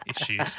issues